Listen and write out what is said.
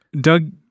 Doug